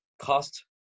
cost